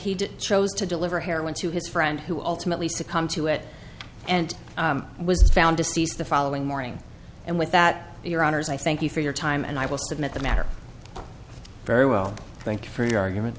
did chose to deliver heroin to his friend who ultimately succumb to it and was found deceased the following morning and with that your honors i thank you for your time and i will submit the matter very well thank you for your argument